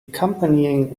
accompanying